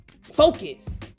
focus